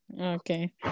Okay